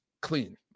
clean